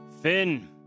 Finn